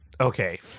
Okay